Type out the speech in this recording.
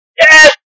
Yes